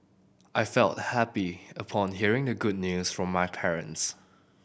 I felt happy upon hearing the good news from my parents